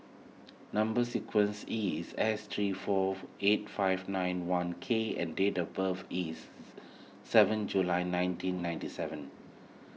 Number Sequence is S three four eight five nine one K and date of birth is seven July nineteen ninety seven